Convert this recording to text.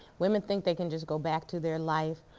women think they can just go back to their life,